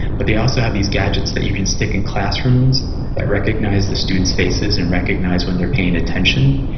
but they also have these gadgets that you can stick in classrooms that recognize the students' faces and recognize when they're paying attention,